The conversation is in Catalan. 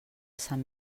sant